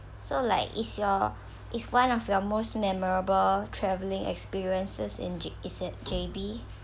so like is your is one of your most memorable travelling experiences in is it J_B